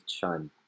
Chun